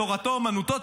תורתו אומנותו,